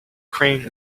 crane